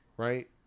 Right